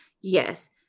yes